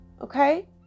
Okay